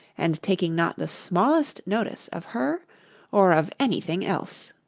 and taking not the smallest notice of her or of anything else.